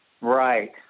Right